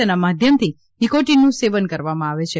તેના માધ્યમથી નિકાટિનનું સેવન કરવામાં આવે છે